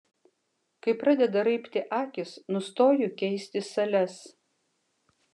kai pradeda raibti akys nustoju keisti sales